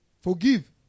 Forgive